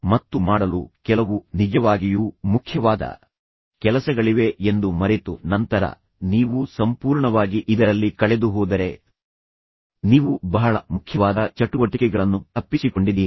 ಮತ್ತು ಮಾಡಲು ಕೆಲವು ನಿಜವಾಗಿಯೂ ಮುಖ್ಯವಾದ ಕೆಲಸಗಳಿವೆ ಎಂದು ಮರೆತು ನಂತರ ನೀವು ಸಂಪೂರ್ಣವಾಗಿ ಇದರಲ್ಲಿ ಕಳೆದುಹೋದರೆ ನೀವು ಬಹಳ ಮುಖ್ಯವಾದ ಚಟುವಟಿಕೆಗಳನ್ನು ತಪ್ಪಿಸಿಕೊಂಡಿದ್ದೀರಿ